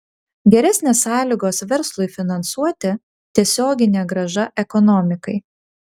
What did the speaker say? geresnės sąlygos verslui finansuoti tiesioginė grąža ekonomikai